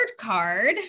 card